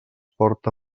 porta